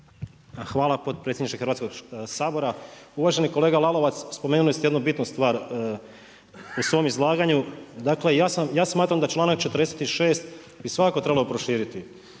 Hvala potpredsjedniče Hrvatskoga sabora. Uvaženi kolega Lalovac, spomenuli ste jednu bitnu stvar u svom izlaganju. Dakle ja smatram da članak 46. bi svakako trebalo proširiti.